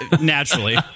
Naturally